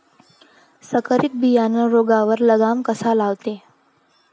संकरीत बियानं रोगावर लगाम कसा लावते?